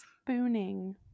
Spooning